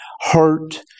hurt